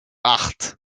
acht